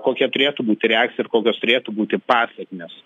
kokia turėtų būti reakcija ir kokios turėtų būti pasekmės